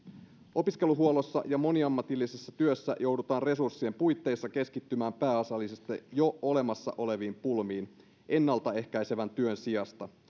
opiskeluhuollossa ja moniammatillisessa työssä joudutaan resurssien puitteissa keskittymään pääasiallisesti jo olemassa oleviin pulmiin ennalta ehkäisevän työn sijasta